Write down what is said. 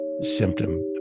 symptom